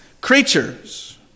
creatures